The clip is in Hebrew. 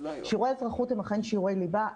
שיעורי אזרחות הם אכן שיעורי ליבה,